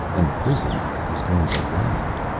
and the prison was going to land.